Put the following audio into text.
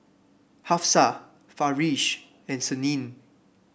Hafsa Farish and Senin